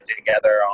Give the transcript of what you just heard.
together